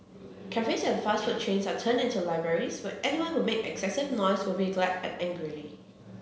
cafes and fast food chains are turned into libraries where anyone who makes excessive noise would be glared at angrily